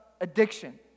addiction